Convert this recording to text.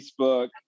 facebook